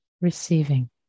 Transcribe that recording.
receiving